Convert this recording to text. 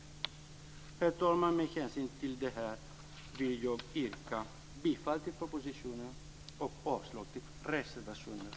Herr talman! Med hänvisning till detta vill jag yrka bifall till hemställan i betänkandet och avslag på reservationen.